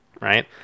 right